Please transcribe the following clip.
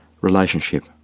relationship